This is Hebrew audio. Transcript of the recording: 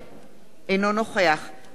אינו נוכח עמיר פרץ,